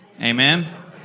Amen